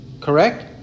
correct